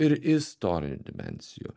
ir istorinių dimensijų